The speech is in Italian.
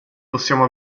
possiamo